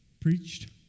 preached